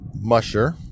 musher